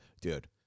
Dude